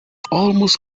almost